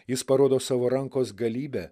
jis parodo savo rankos galybę